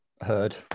heard